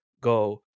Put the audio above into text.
go